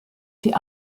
die